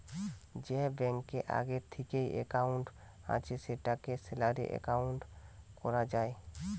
যে ব্যাংকে আগে থিকেই একাউন্ট আছে সেটাকে স্যালারি একাউন্ট কোরা যায়